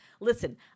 Listen